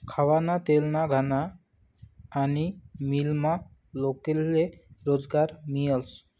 खावाना तेलना घाना आनी मीलमा लोकेस्ले रोजगार मियस